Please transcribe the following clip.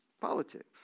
Politics